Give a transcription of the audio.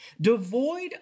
devoid